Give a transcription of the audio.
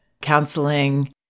counseling